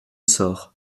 sort